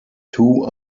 two